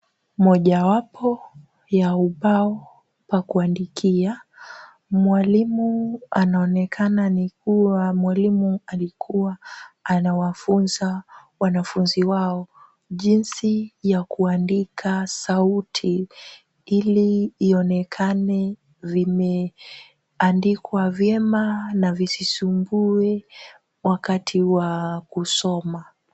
Moja wapo ya ubao pa kuandikia, mwalimu anaonekana ni kuwa mwalimu alikuwa anawafunza wanafunzi wao, jinsi ya kuandika sauti ili ionekane vimeandikwa vyema na visisumbue wakati wa kusoma.